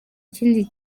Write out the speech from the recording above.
ikindi